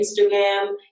Instagram